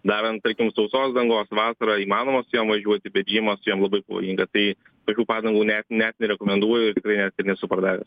dar an tarkim sausos dangos vasarą įmanoma su jom važiuoti bet žiemą su jom labai pavojinga tai tokių padangų net net nerekomenduoju net ir nesu pardavęs